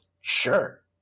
sure